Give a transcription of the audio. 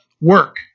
work